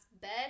bed